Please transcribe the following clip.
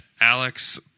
Alex